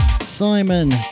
Simon